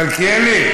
מלכיאלי?